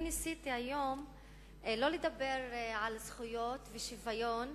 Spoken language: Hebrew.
ניסיתי היום שלא לדבר על זכויות ושוויון,